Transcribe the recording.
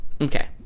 okay